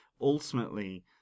ultimately